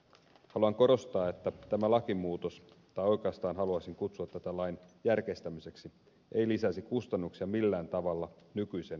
haluan korostaa että tämä lakimuutos tai oikeastaan haluaisin kutsua tätä lain järkeistämiseksi ei lisäisi kustannuksia millään tavalla nykyiseen verrattuna